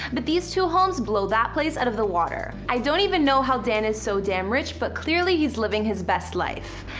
but these two homes blow that place out of the water. i don't even know how dan is so damn rich but clearly he's living his best life.